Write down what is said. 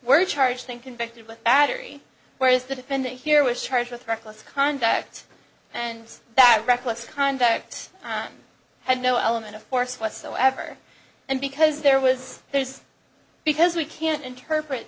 were charged and convicted with battery whereas the defendant here was charged with reckless conduct and that reckless conduct had no element of force whatsoever and because there was there is because we can interpret